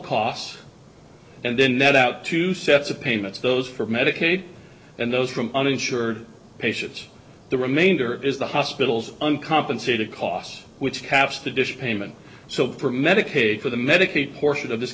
costs and then that out two sets of payments those for medicaid and those from uninsured patients the remainder is the hospitals uncompensated costs which caps the dish payment so for medicaid for the medicaid portion of this